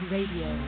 Radio